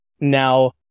Now